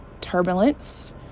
turbulence